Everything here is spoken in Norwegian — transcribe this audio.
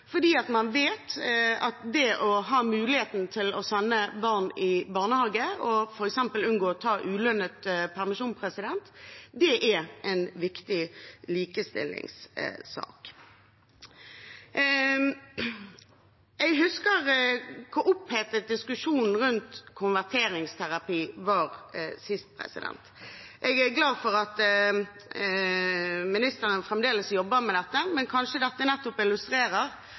fordi man vet at det å ha muligheten til å sende barn i barnehage og f.eks. unngå å ta ulønnet permisjon, er en viktig likestillingssak. Jeg husker hvor opphetet diskusjonen rundt konverteringsterapi var sist. Jeg er glad for at statsråden fremdeles jobber med dette, men kanskje dette nettopp illustrerer